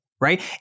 Right